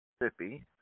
Mississippi